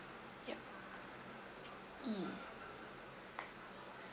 yup mm